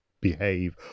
behave